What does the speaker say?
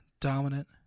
Dominant